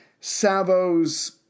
Savo's